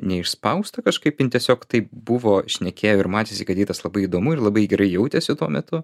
neišspausta kažkaip jin tiesiog taip buvo šnekėjo ir matėsi kad jai tas labai įdomu ir labai gerai jautėsi tuo metu